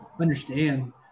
understand